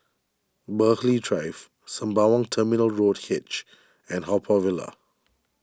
Burghley Drive Sembawang Terminal Road H and Haw Par Villa